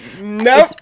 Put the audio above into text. No